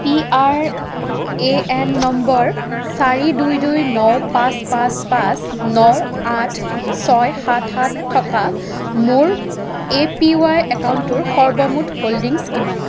P R A N number চাৰি দুই দুই ন পাঁচ পাঁচ পাঁচ ন আঠ ছয় সাত সাত থকা মোৰ এ পি ৱাই একাউণ্টটোৰ সৰ্বমুঠ হোল্ডিংছ কিমান